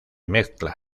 mezcla